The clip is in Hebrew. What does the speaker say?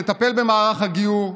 נטפל במערך הגיור.